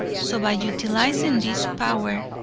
so by utilizing this power,